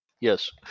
Yes